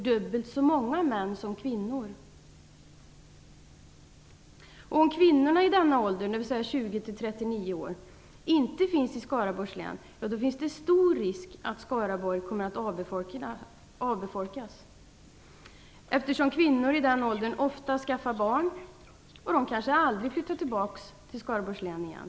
dubbelt så många män som kvinnor. Om kvinnorna i denna ålder, dvs. mellan 20 och 39 år, inte finns i Skaraborgs län, finns det stor risk att Skaraborg kommer att avbefolkas, eftersom kvinnor i den åldern ofta skaffar barn, och de kanske aldrig flyttar tillbaka till Skaraborgs län igen.